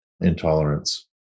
intolerance